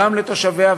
גם לתושביה,